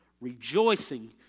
rejoicing